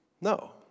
No